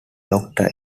doctor